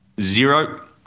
Zero